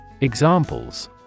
Examples